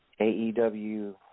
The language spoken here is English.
AEW